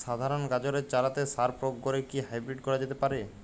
সাধারণ গাজরের চারাতে সার প্রয়োগ করে কি হাইব্রীড করা যেতে পারে?